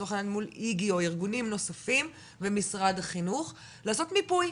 לצורך העניין מול איגי או ארגונים נוספים במשרד החינוך לעשות מיפוי?